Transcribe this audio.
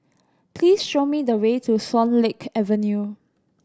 please show me the way to Swan Lake Avenue